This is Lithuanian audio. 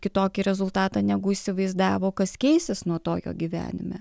kitokį rezultatą negu įsivaizdavo kas keisis nuo tokio gyvenime